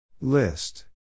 List